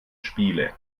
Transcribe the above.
spiele